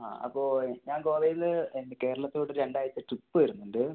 ആ അപ്പോൾ ഞാൻ ഗോവയിൽനിന്ന് കേരളത്തിലോട്ട് രണ്ടാഴ്ച ട്രിപ്പ് വരുന്നുണ്ട്